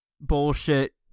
bullshit